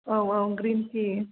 औ औ green T